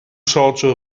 socio